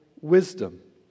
wisdom